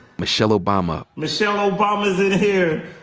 michelle obama. michelle obama's in here.